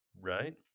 Right